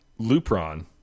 Lupron